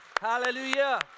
hallelujah